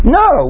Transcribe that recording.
no